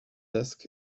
desk